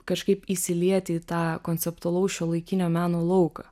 kažkaip įsilieti į tą konceptualaus šiuolaikinio meno lauką